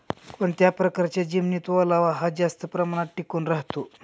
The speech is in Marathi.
कोणत्या प्रकारच्या जमिनीत ओलावा हा जास्त प्रमाणात टिकून राहतो?